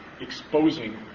exposing